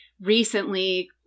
Recently